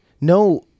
No